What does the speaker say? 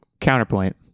counterpoint